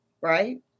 Right